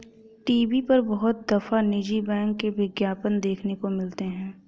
TV पर बहुत दफा निजी बैंक के विज्ञापन देखने को मिलते हैं